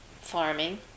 farming